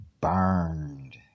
burned